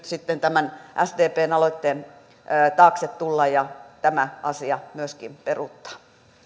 sitten tämän sdpn aloitteen taakse tulla ja tämä asia myöskin peruuttaa